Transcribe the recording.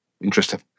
Interesting